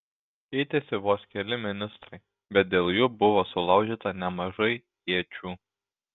keitėsi vos keli ministrai bet dėl jų buvo sulaužyta nemažai iečių